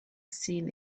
seen